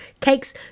Cakes